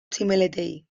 tximeletei